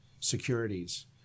securities